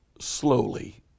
slowly